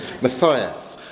Matthias